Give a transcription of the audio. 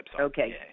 Okay